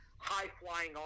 high-flying